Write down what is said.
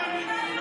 כל הכבוד,